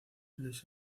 luis